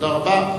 תודה רבה.